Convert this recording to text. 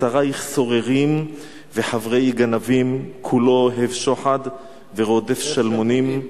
"שריך סוררים וחברי גנבים כֻלו אֹהב שֹחד ורֹדף שלמֹנים,